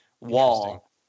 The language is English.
wall